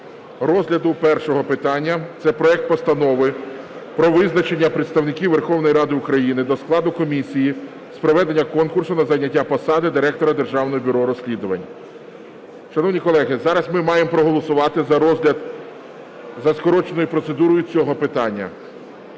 розгляду першого питання – це проект Постанови про визначення представників Верховної Ради України до складу комісії з проведення конкурсу на зайняття посади Директора Державного бюро розслідувань. Шановні колеги, зараз ми маємо проголосувати за розгляд за скороченою процедурою цього питання.